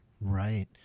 Right